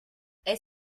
est